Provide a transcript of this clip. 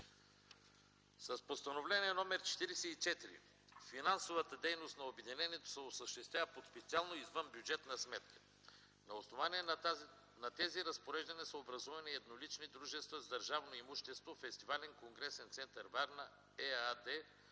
С Постановление № 44 финансовата дейност на обединението се осъществява по специална извънбюджетна сметка. На основание на тези разпореждания са образувани еднолични дружества с държавно имущество „Фестивален конгресен център – Варна” ЕАД